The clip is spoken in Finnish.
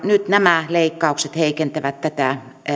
nyt nämä leikkaukset heikentävät tätä